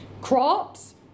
Crops